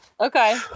Okay